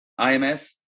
IMF